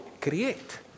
create